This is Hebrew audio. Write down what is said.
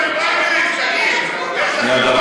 שנייה,